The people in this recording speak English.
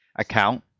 Account